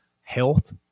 health